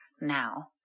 now